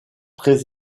très